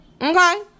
Okay